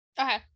Okay